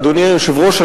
אדוני היושב-ראש,